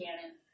cannon